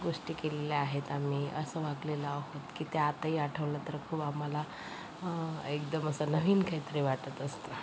गोष्टी केलेल्या आहेत आम्ही असं वागलेलो आहेत की ते आताही आठवलं तर खूप आम्हाला एकदम असं नवीन काहीतरी वाटत असतं